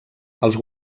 els